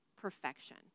perfection